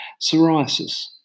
psoriasis